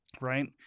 Right